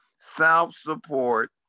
Self-support